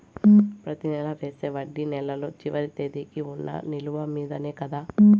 ప్రతి నెల వేసే వడ్డీ నెలలో చివరి తేదీకి వున్న నిలువ మీదనే కదా?